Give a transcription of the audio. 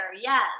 Yes